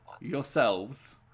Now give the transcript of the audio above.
yourselves